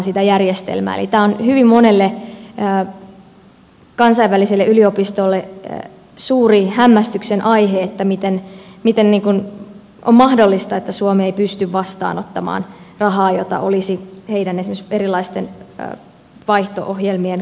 eli tämä on hyvin monelle kansainväliselle yliopistolle suuri hämmästyksen aihe että miten on mahdollista että suomi ei pysty vastaanottamaan rahaa jota olisi esimerkiksi heidän erilaisten vaihto ohjelmien kautta tarjolla